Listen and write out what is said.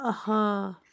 اَہا